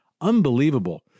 Unbelievable